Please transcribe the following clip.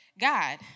God